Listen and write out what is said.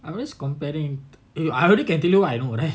I always comparing eh I only can tell you what I know right